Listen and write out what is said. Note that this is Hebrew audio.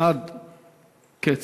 עד קץ.